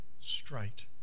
straight